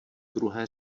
druhé